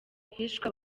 hishwe